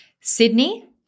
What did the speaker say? Sydney